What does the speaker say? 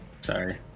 Sorry